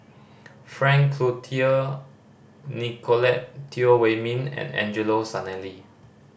Frank Cloutier Nicolette Teo Wei Min and Angelo Sanelli